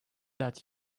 that